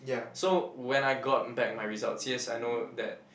so when I got back my result serious I know that